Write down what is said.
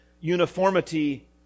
uniformity